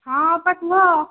ହଁ ଅପା କୁହ